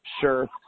Sure